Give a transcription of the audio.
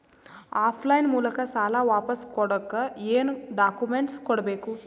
Of line ಮೂಲಕ ಸಾಲ ವಾಪಸ್ ಕೊಡಕ್ ಏನು ಡಾಕ್ಯೂಮೆಂಟ್ಸ್ ಕೊಡಬೇಕು?